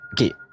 Okay